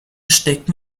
stecken